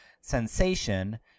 sensation